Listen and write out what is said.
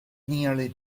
nearly